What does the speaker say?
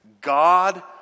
God